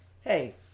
hey